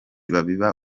babiba